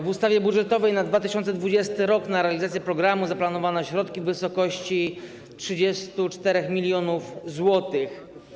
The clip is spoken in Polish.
W ustawie budżetowej na 2020 r. na realizację programu zaplanowano środki w wysokości 34 mln zł.